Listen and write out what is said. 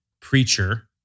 preacher